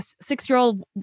six-year-old